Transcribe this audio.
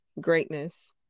greatness